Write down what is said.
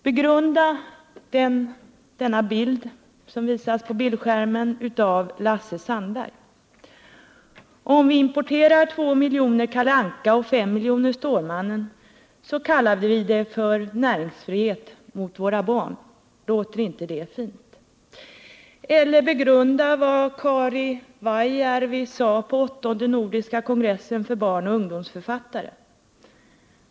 Begrunda den bild av Lasse Sandberg som nu visas på bildskärmen: ”Om vi importerar två miljoner Kalle Anka och fem miljoner Stålmannen så kallar vi det för näringsfrihet mot våra barn — låter inte det fint!” Eller begrunda vad Kari Vaijärvi sade på den åttonde nordiska kongressen för barnoch ungdomsförfattare!